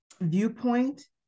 viewpoint